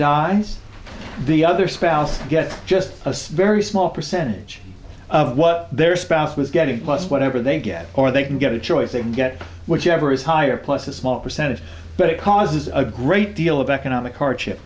dies the other spouse gets just a very small percentage of what their spouse was getting plus whatever they get or they can get a choice they can get whichever is higher plus a small percentage but it causes a great deal of economic hardship